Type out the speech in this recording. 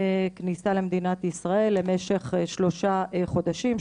כניסה למדינת ישראל למשך שלושה חודשים,